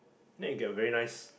then you get a very nice